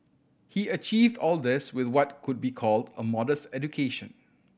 he achieved all this with what could be called a modest education